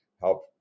help